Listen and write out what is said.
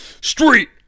Street